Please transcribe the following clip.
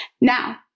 Now